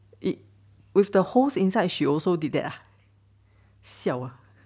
with the hosts inside she also did that ah siao uh